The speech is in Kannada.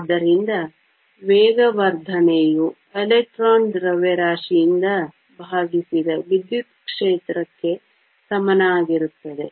ಆದ್ದರಿಂದ ವೇಗವರ್ಧನೆಯು ಎಲೆಕ್ಟ್ರಾನ್ ದ್ರವ್ಯರಾಶಿಯಿಂದ ಭಾಗಿಸಿದ ವಿದ್ಯುತ್ ಕ್ಷೇತ್ರಕ್ಕೆ ಸಮನಾಗಿರುತ್ತದೆ